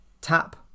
tap